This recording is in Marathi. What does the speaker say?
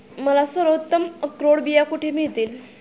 मला सर्वोत्तम अक्रोड बिया कुठे मिळतील